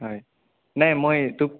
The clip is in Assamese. হয় নাই মই এইটো